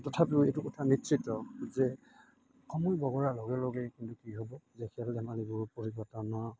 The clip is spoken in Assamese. তথাপিও এইটো কথা নিশ্চিত যে সময় বাগৰাৰ লগে লগে কিন্তু কি হ'ব যে খেল ধেমালিবোৰ পৰিৱৰ্তন হৈ যাব